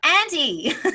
Andy